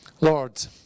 Lord